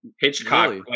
Hitchcock